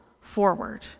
forward